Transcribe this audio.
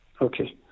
okay